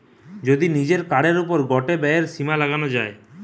যদি নিজের কার্ডের ওপর গটে ব্যয়ের সীমা লাগানো যায়টে